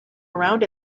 around